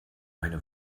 eine